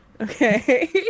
Okay